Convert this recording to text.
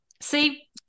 see